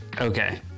Okay